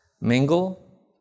mingle